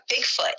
Bigfoot